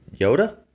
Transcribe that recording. Yoda